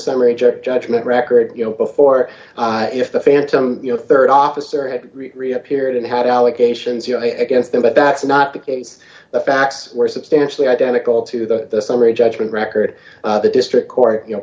summary judgment d record you know before if the phantom your rd officer had reappeared and had allegations against them but that's not the case the facts were substantially identical to the summary judgment record the district court you know